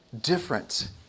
different